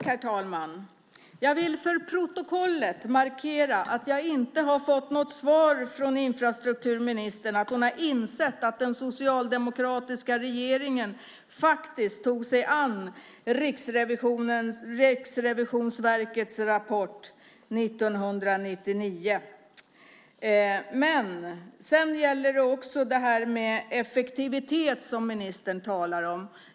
Herr talman! Jag vill för protokollet markera att jag inte har fått något svar från infrastrukturministern om hon har insett att den socialdemokratiska regeringen faktiskt tog sig an Riksrevisionsverkets rapport 1999. Men sedan gäller det också det här med effektivitet, som ministern talar om.